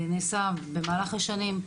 נעשה במהלך השנים,